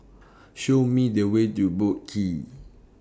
Show Me The Way to Boat Qee